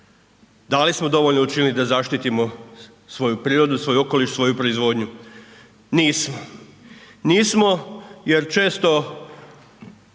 Da li smo dovoljno učinili da zaštitimo svoju prirodu, svoji okoliš, svoju proizvodnju? Nismo. Nismo jer često